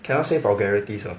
cannot say vulgarities hor